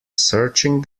searching